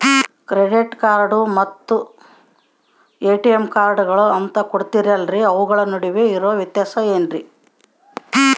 Credit card ಮತ್ತ ATM ಕಾರ್ಡುಗಳು ಅಂತಾ ಕೊಡುತ್ತಾರಲ್ರಿ ಅವುಗಳ ನಡುವೆ ಇರೋ ವ್ಯತ್ಯಾಸ ಏನ್ರಿ?